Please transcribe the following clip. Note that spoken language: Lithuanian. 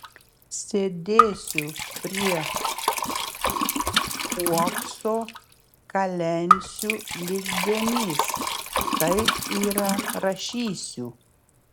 sėdėsiu prie uokso kalensiu lyg genys tai yra rašysiu